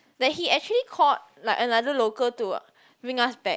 like he actually called like another local to bring us back